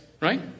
Right